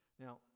Now